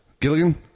Gilligan